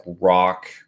rock